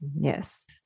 Yes